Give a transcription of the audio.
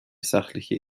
sachliche